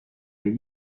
les